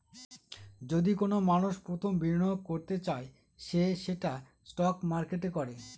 যদি কোনো মানষ প্রথম বিনিয়োগ করতে চায় সে সেটা স্টক মার্কেটে করে